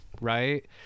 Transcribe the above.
right